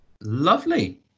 lovely